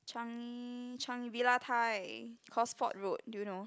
Changi Changi Villa Thai Cosford road do you know